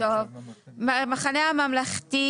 המחנה הממלכתי,